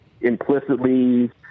implicitly